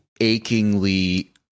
achingly